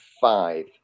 five